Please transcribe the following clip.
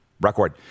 record